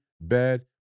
bad